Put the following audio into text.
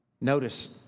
Notice